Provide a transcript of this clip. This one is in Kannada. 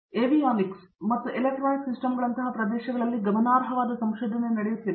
ಮತ್ತು ಏವಿಯಾನಿಕ್ಸ್ ಮತ್ತು ಎಲೆಕ್ಟ್ರಾನಿಕ್ ಸಿಸ್ಟಮ್ಗಳಂತಹ ಪ್ರದೇಶಗಳಲ್ಲಿ ಗಮನಾರ್ಹವಾದ ಸಂಶೋಧನೆ ನಡೆಯುತ್ತಿದೆ